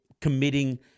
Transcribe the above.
committing